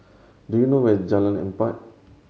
do you know where is Jalan Empat